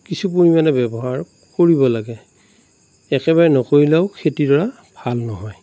কিছু পৰিমাণে ব্যৱহাৰ কৰিব লাগে একেবাৰে নকৰিলেও খেতিডৰা ভাল নহয়